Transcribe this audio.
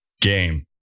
game